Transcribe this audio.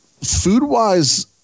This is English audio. food-wise